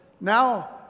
now